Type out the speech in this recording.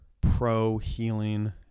pro-healing